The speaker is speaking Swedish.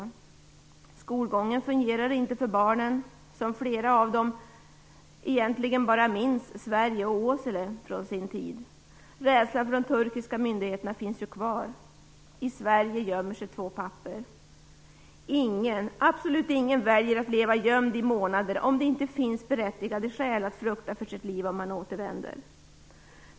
Barnens skolgång fungerar inte, eftersom flera av dem egentligen bara minns Sverige och Åsele. Rädslan för de turkiska myndigheterna finns kvar. I Sverige gömmer sig de två papporna. Ingen, absolut ingen väljer att leva gömd i månader om det inte finns berättigade skäl att frukta för sitt liv om man återvänder.